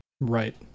Right